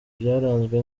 byaranzwe